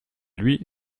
lui